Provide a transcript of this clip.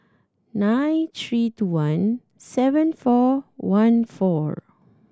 nine three two one seven four one four